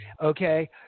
Okay